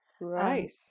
Right